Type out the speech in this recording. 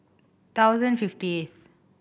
thousand fifty eight